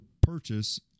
purchase